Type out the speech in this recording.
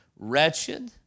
wretched